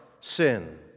sin